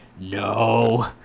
No